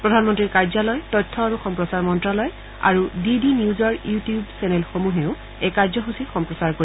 প্ৰধানমন্ত্ৰীৰ কাৰ্যালয় তথ্য আৰু সম্প্ৰচাৰ মন্তালয় আৰু ডি ডি নিউজৰ ইউ টিউৰ চেনেলসমূহেও এই কাৰ্যসূচীৰ সম্প্ৰচাৰ কৰিব